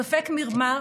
/ בספק מרמה,